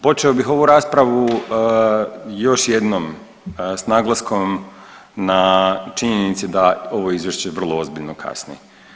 Počeo bih ovu raspravu još jednom s naglaskom na činjenici da ovo izvješće vrlo ozbiljno kasni.